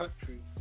country